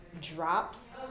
drops